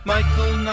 Michael